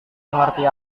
mengerti